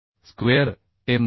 square m 10